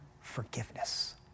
forgiveness